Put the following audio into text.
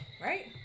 right